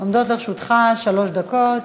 עומדות לרשותך שלוש דקות.